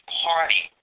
party